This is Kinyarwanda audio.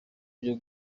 byo